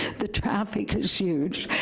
the traffic is huge,